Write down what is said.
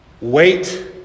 wait